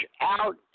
out